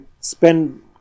spend